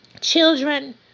children